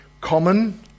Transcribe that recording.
common